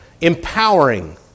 empowering